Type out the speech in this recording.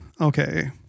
Okay